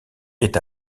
est